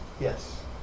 Yes